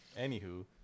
anywho